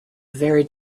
very